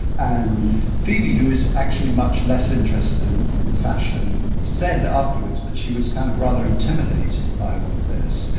and phoebe, who is actually much less interested in in fashion, said afterwards that she was kind of rather intimidated by all of this.